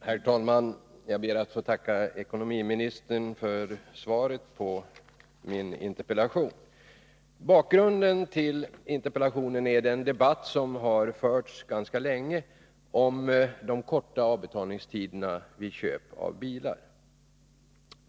Herr talman! Jag ber att få tacka ekonomiministern för svaret på min interpellation. Bakgrunden till interpellationen är den debatt som har förts ganska länge om de korta avbetalningstiderna vid bilköp.